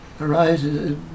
arises